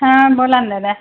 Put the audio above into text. हां बोला ना दादा